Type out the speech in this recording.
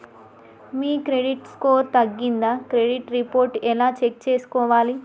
మీ credit score తగ్గిందా credit report ఎలా check చేసుకోవాలి?